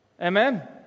Amen